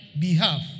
behalf